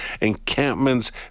encampments